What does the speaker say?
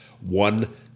One